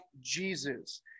Jesus